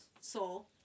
Soul